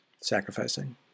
Sacrificing